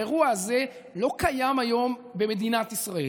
האירוע הזה לא קיים היום במדינת ישראל.